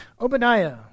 Obadiah